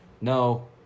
No